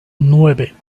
nueve